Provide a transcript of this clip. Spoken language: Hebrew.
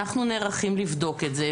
אנחנו נערכים לבדוק את זה,